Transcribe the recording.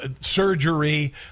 surgery